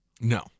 No